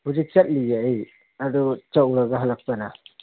ꯍꯧꯖꯤꯛ ꯆꯠꯂꯤꯌꯦ ꯑꯩ ꯑꯗꯨ ꯆꯠꯂꯨꯔꯒ ꯍꯜꯂꯛꯄꯗ